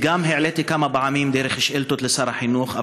גם העליתי כמה פעמים דרך שאילתות לשר החינוך,